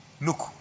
Look